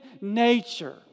nature